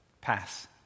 pass